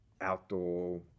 outdoor